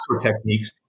techniques